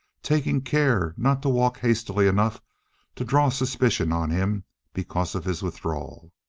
taking care not to walk hastily enough to draw suspicion on him because of his withdrawal,